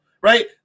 Right